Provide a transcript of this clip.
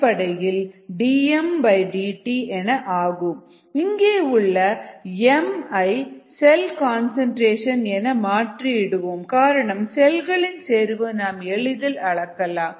rg dmdt இங்கே உள்ள m ஐ செல் கன்சன்ட்ரேஷன் என மாற்றி இடுவோம் காரணம் செல்களின் செறிவு நாம் எளிதில் அளக்கலாம்